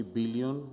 billion